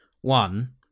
One